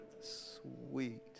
sweet